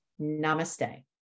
Namaste